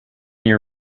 year